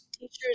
Teachers